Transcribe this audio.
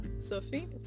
Sophie